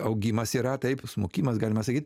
augimas yra taip smukimas galima sakyt